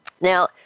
Now